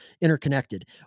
interconnected